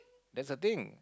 that's the thing